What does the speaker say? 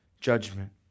judgment